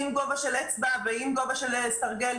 עם גובה של אצבע ועם גובה של סרגל.